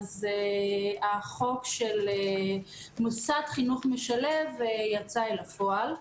אז החוק של מוסד חינוך משלב יצא אל הפועל,